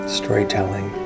storytelling